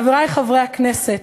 חברי חברי הכנסת,